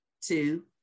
two